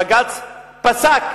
בג"ץ פסק,